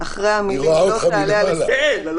להצעת החוק, במקום המילים: "עם